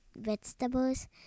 vegetables